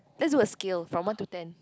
let's do a scale from one to ten